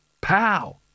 Pow